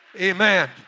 Amen